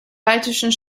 baltischen